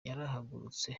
yarahagurutse